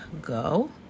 go